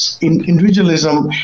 individualism